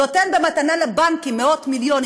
נותן במתנה לבנקים מאות מיליונים,